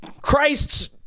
Christ's